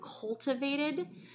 cultivated